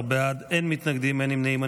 11 בעד, אין מתנגדים, אין נמנעים.